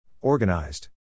organized